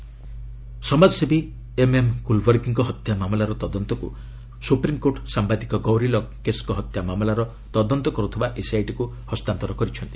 SC Kalburgi ସମାଜସେବୀ MM କଲ୍ବୁର୍ଗିଙ୍କ ହତ୍ୟା ମାମଲାର ତଦନ୍ତକୁ ସୁପ୍ରିମ୍କୋର୍ଟ ସାମ୍ଭାଦିକ ଗୌରୀ ଲଙ୍କେଶ୍ଙ୍କ ହତ୍ୟା ମାମଲାର ତଦନ୍ତ କରୁଥିବା ଏସ୍ଆଇଟିକୁ ହସ୍ତାନ୍ତର କରିଛନ୍ତି